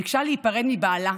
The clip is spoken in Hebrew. ביקשה להיפרד מבעלה,